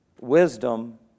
Wisdom